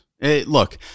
Look